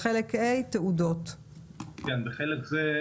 בחלק זה,